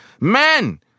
Men